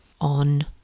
on